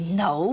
no